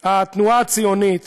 התנועה הציונית